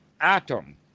atom